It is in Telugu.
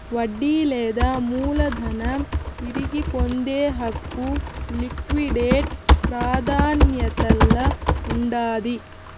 వడ్డీ లేదా మూలధనం తిరిగి పొందే హక్కు లిక్విడేట్ ప్రాదాన్యతల్ల ఉండాది